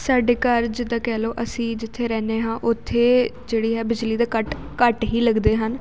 ਸਾਡੇ ਘਰ ਜਿੱਦਾਂ ਕਹਿ ਲਓ ਅਸੀਂ ਜਿੱਥੇ ਰਹਿੰਦੇ ਹਾਂ ਉੱਥੇ ਜਿਹੜੀ ਹੈ ਬਿਜਲੀ ਦੇ ਕੱਟ ਘੱਟ ਹੀ ਲੱਗਦੇ ਹਨ